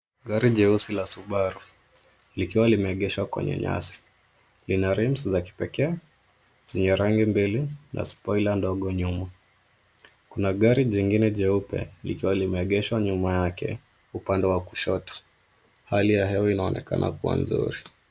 Gari jeusi la subaru likiwa limeegeshwa kwenye nyasi. Lina rimus za kipekee zenye rangi mbili na spoiler ndogo, nyuma kuna gari jingine jeupe likiwa limegeshwa nyuma yake upande wakushoto hali ya hewa inaonekana kuwa nzuri.